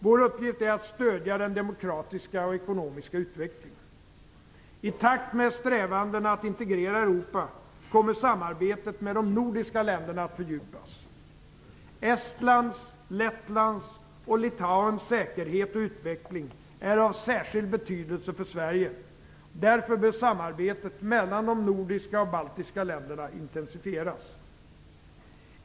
Vår uppgift är att stödja den demokratiska och ekonomiska utvecklingen. I takt med strävandena att integrera Europa kommer samarbetet med de nordiska länderna att fördjupas. Estlands, Lettlands och Litauens säkerhet och utveckling är av särskild betydelse för Sverige. Därför bör samarbetet mellan de nordiska och baltiska länderna intensifieras.